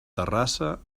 terrassa